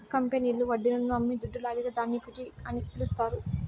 కంపెనీల్లు వడ్డీలను అమ్మి దుడ్డు లాగితే దాన్ని ఈక్విటీ అని పిలస్తారు